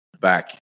back